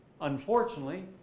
Unfortunately